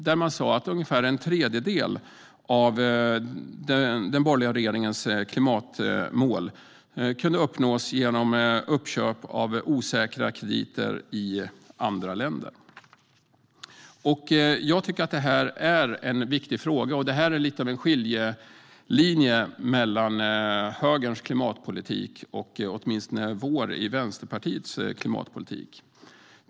Där sa man att ungefär en tredjedel av den borgerliga regeringens klimatmål kunde uppnås genom uppköp av osäkra krediter i andra länder. Det är en viktig fråga. Det är lite av en skiljelinje mellan högerns klimatpolitik och åtminstone vår klimatpolitik i Vänsterpartiet.